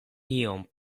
iom